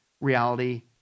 reality